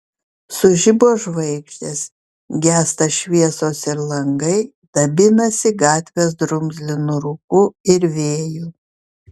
sužibo žvaigždės gęsta šviesos ir langai dabinasi gatvės drumzlinu rūku ir vėju